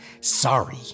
Sorry